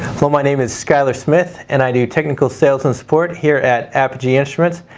hello my name is schuyler smith and i do technical sales and support here at apogee instruments.